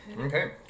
Okay